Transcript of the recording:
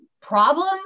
problem